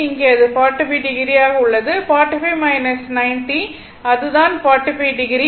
இங்கே அது 45o ஆக உள்ளது 45 90 இதுதான் 45o அது VC t